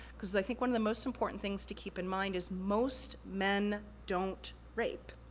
cause i think one of the most important things to keep in mind, is most men don't rape.